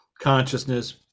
consciousness